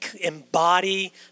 embody